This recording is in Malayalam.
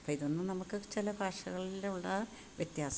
അപ്പിതൊന്നും നമുക്ക് ചിലഭാഷകളിലുള്ള വ്യത്യാസം